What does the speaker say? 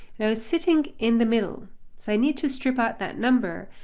you know sitting in the middle, so i need to strip out that number,